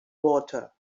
water